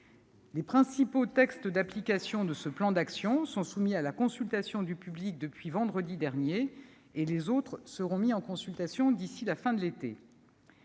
Les principaux textes d'application de ce plan d'action sont soumis à la consultation du public depuis vendredi dernier, et les autres le seront d'ici à la fin de l'été.